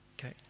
Okay